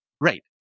Right